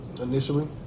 initially